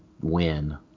win